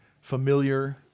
familiar